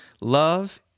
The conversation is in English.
love